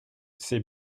c’est